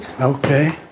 Okay